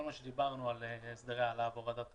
כל מה שדיברנו על הסדרי העלאה והורדת תלמידים,